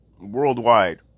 worldwide